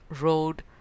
road